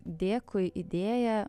dėkui idėja